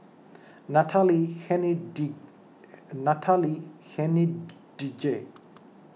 Natalie Natalie Hennedige